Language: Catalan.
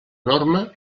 norma